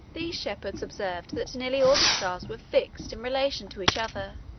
these shepherds observed that nearly all the stars were fixed in relation to each other,